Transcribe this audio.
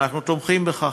ואנחנו תומכים בכך.